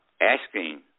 asking